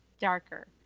darker